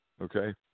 okay